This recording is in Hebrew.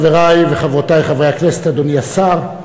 חברי וחברותי חברי הכנסת, אדוני השר,